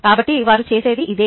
కాబట్టి వారు చేసేది ఇదే